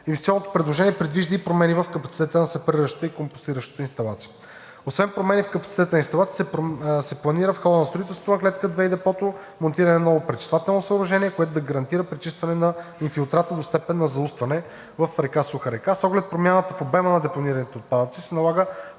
Инвестиционното предложение предвижда и промени в капацитета на сепариращата и компостиращата инсталация. Освен промени в капацитета на инсталациите се планира в хода на строителството на клетка 2 и депото монтиране на ново пречиствателно съоръжение, което да гарантира пречистване на инфилтрата до степен на заустване в река Суха река. С оглед промяната в обема на депонираните отпадъци се налага